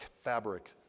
fabric